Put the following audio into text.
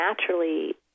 naturally